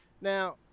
Now